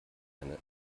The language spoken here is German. eine